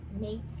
make